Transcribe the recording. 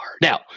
Now